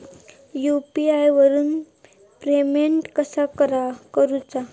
UPI वरून payment कसा करूचा?